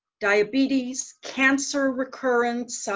diabetes cancer recurrence, so